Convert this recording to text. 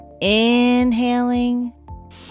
Inhaling